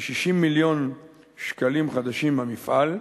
כ-60 מיליון שקלים חדשים במפעל,